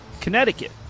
Connecticut